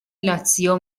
لاتزیو